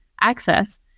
access